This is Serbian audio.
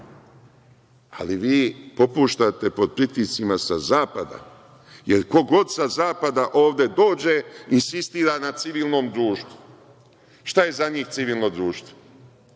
ali vi popuštate pod pritiscima sa zapada, jer ko god sa zapada ovde dođe insistira na civilnom društvu. Šta je za njih civilno društvo?